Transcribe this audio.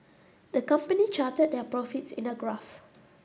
the company charted their profits in a graph